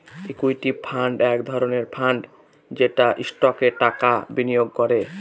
equity fund এক ধরনের fund যেটা স্টকে টাকা বিনিয়োগ করে